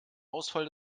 ausfall